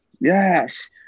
Yes